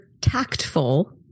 tactful